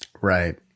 Right